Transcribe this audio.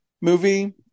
movie